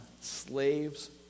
slaves